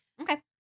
Okay